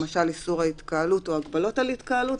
למשל איסור ההתקהלות או הגבלות על התקהלות,